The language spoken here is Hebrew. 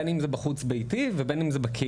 בין אם זה בחוץ בייתי ובין אם זה בקהילה,